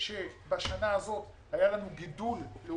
בשנה הזאת היה לנו גידול בכמות התלונות